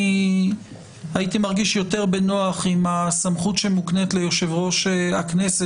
הייתי מרגיש יותר בנוח אם הסמכות שמוקנית ליושב-ראש הכנסת,